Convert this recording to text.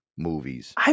movies